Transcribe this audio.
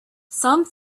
some